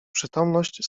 przytomność